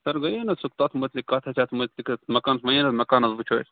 سَر گٔیی نہ سۅ تتھ مُتعلق کتھ حظ یتھ مُتعلق حظ مکان وَنے نا حظ مکان حظ وُچھو